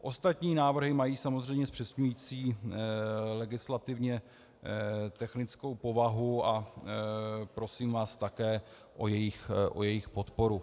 Ostatní návrhy mají samozřejmě zpřesňující legislativně technickou povahu a prosím vás také o jejich podporu.